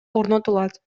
орнотулат